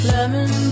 Lemon